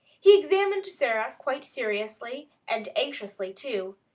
he examined sara quite seriously, and anxiously, too.